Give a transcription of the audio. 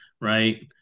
right